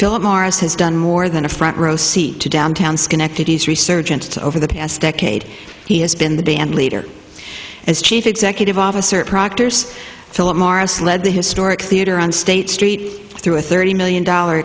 philip morris has done more than a front row seat to downtown schenectady as resurgent over the past decade he has been the bandleader as chief executive officer proctors philip morris led the historic theatre on state street through a thirty million dollar